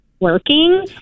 working